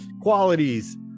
qualities